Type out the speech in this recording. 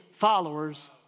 followers